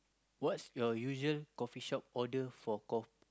what's your usual coffee shop order for ko~